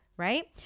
Right